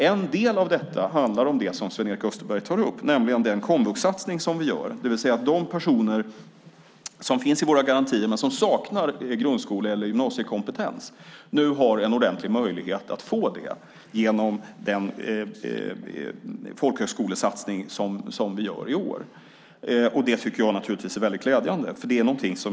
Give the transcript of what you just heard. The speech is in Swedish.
En del av detta handlar om det som Sven-Erik Österberg tar upp, nämligen den komvuxsatsning som vi gör. De personer som finns i våra garantier men som saknar grundskole eller gymnasiekompetens har nu en ordentlig möjlighet att få det genom den folkhögskolesatsning som vi gör i år. Det tycker jag är väldigt glädjande.